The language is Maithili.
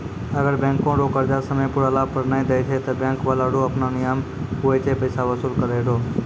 अगर बैंको रो कर्जा समय पुराला पर नै देय छै ते बैंक बाला रो आपनो नियम हुवै छै पैसा बसूल करै रो